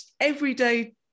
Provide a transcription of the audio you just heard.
everyday